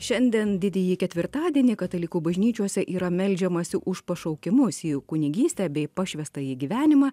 šiandien didįjį ketvirtadienį katalikų bažnyčiose yra meldžiamasi už pašaukimus į kunigystę bei pašvęstąjį gyvenimą